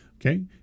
Okay